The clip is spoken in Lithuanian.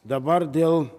dabar dėl